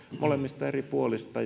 molemmista eri puolista